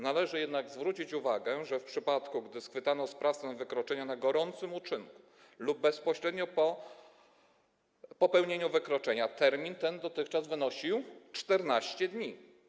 Należy jednak zwrócić uwagę, że w przypadku gdy schwytano sprawcę wykroczenia na gorącym uczynku lub bezpośrednio po popełnieniu wykroczenia, termin ten dotychczas wynosił 14 dni.